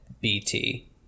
bt